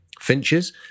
Finches